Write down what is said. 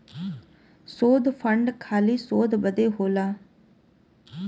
शोध फंड खाली शोध बदे होला